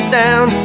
down